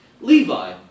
Levi